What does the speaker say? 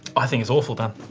i think it's awful, dan.